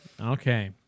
Okay